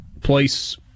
place